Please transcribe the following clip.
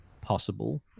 possible